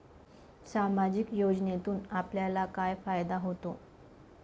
सामाजिक योजनेतून आपल्याला काय फायदा होतो?